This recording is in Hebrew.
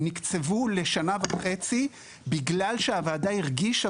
נקצבו לשנה וחצי בגלל שהוועדה הרגישה